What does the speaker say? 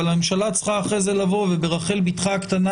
אבל הממשלה צריכה אחר כך לבוא וברחל בתך הקטנה